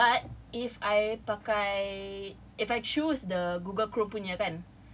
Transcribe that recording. ya but if I pakai if I choose the Google chrome punya kan